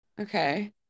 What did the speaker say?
Okay